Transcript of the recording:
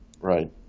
Right